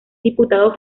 diputado